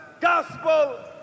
gospel